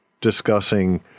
discussing